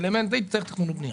זה אלמנט של תכנון ובנייה.